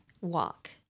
walk